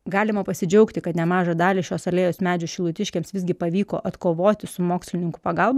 galima pasidžiaugti kad nemažą dalį šios alėjos medžių šilutiškiams visgi pavyko atkovoti su mokslininkų pagalba